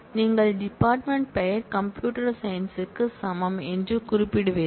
நீங்கள் டிபார்ட்மென்ட் பெயர் கம்பியூட்டர் சயின்ஸ்க்கு சமம் என்று குறிப்பிடுவீர்கள்